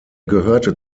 gehörte